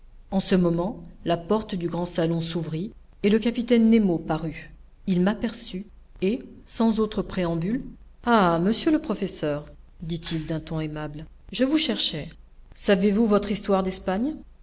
en ce moment la porte du grand salon s'ouvrit et le capitaine nemo parut il m'aperçut et sans autre préambule ah monsieur le professeur dit-il d'un ton aimable je vous cherchais savez-vous votre histoire d'espagne